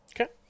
Okay